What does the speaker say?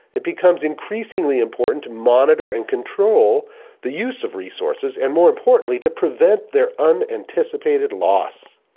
it becomes increasingly important to monitor and control the use of resources and, more importantly, to prevent their unanticipated loss.